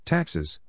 Taxes